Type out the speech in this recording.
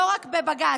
לא רק בבג"ץ,